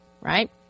Right